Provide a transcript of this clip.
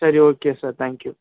சரி okay sir thank you